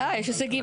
יש הישגים.